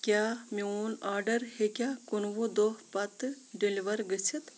کیٛاہ میون آرڈر ہٮ۪کیٛاہ کُنوُہ دۄہ پتہٕ ڈیلور گٔژھِتھ